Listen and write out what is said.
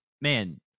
man